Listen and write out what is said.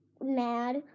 mad